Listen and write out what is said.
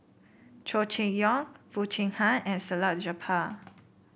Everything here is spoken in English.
Chow Chee Yong Foo Chee Han and Salleh Japar